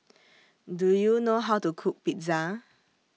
Do YOU know How to Cook Pizza